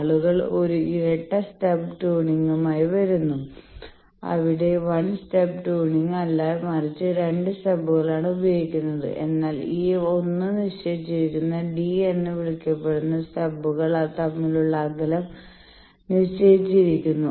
ആളുകൾ ഒരു ഇരട്ട സ്റ്റബ് ട്യൂണിംഗുമായി വരുന്നു അവിടെ 1 സ്റ്റബ് ട്യൂണിംഗ് അല്ല മറിച്ച് 2 സ്റ്റബുമാണ് ഉപയോഗിക്കുന്നത് എന്നാൽ ഈ 1 നിശ്ചയിച്ചിരിക്കുന്ന d എന്ന് വിളിക്കപ്പെടുന്ന സ്റ്റബ്കൾ തമ്മിലുള്ള അകലം നിശ്ചയിച്ചിരിക്കുന്നു